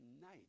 night